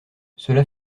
cela